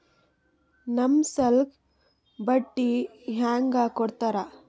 ನಮ್ ಸಾಲಕ್ ಬಡ್ಡಿ ಹ್ಯಾಂಗ ಕೊಡ್ತಾರ?